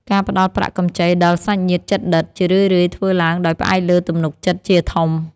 ការផ្តល់ប្រាក់កម្ចីដល់សាច់ញាតិជិតដិត ជារឿយៗធ្វើឡើងដោយផ្អែកលើទំនុកចិត្តជាធំ។